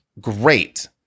great